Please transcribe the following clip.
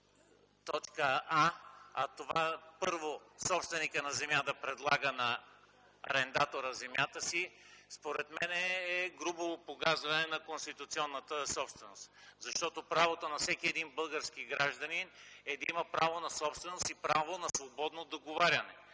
точка „а”: първо собственикът на земя да предлага на арендатора земята си, според мен е грубо погазване на конституционната норма, защото право на всеки български гражданин е да има право на собственост и право на свободно договаряне.